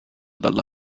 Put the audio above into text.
dalla